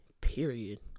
period